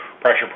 pressure